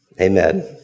Amen